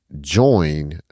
join